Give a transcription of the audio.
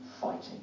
fighting